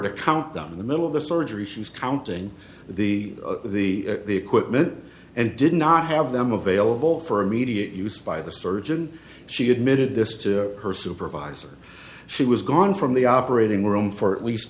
to count them in the middle of the surgery she was counting the the equipment and did not have them available for immediate use by the surgeon she admitted this to her supervisor she was gone from the operating room for at least